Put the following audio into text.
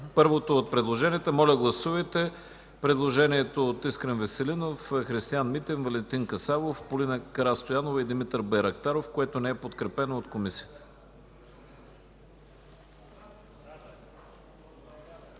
Първо, гласувайте предложението от Искрен Веселинов, Христиан Митев, Валентин Касабов, Полина Карастоянова и Димитър Байрактаров, което не е подкрепено от Комисията.